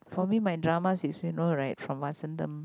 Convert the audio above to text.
for me my dramas is you know right from Vasantham